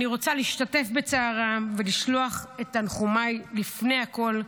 אני רוצה להשתתף בצערם ולשלוח את תנחומיי לפני הכול,